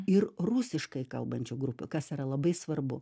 ir rusiškai kalbančių grupių kas yra labai svarbu